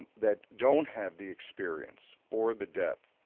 that don't have the experience or the depth